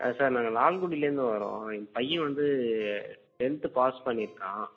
sir நாங்கள் லால்குடிலேருந்து வர்றோம் எங்கள் பையன் வந்து டென்த்து பாஸ் பண்ணியிருக்கான்